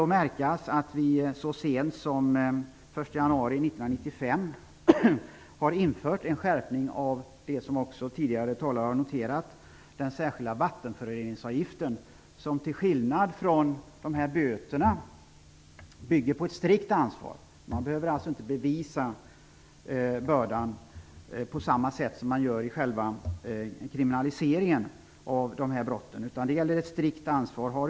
Att märka är att vi så sent som den 1 januari 1995 skärpte den särskilda vattenföroreningsavgiften, som tidigare talare har noterat. Till skillnad från de böter som kan utdömas bygger denna avgift på ett strikt ansvar. Man behöver alltså inte bevisa skuldbördan på samma sätt som man gör vid kriminalisering av dessa brott. Ett strikt ansvar gäller.